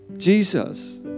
Jesus